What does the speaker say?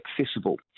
accessible